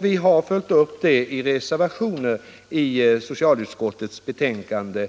Vi har också följt upp det i reservationer till socialutskottets betänkande